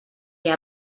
què